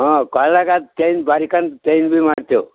ಹ್ಞೂಂ ಕೊಳ್ಳೆಗಾಲ್ದ ಚೈನ್ ಭಾರಿ ಕಂತು ಚೈನ್ ಭೀ ಮಾಡ್ತೇವೆ